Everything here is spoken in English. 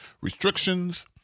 restrictions